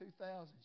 2000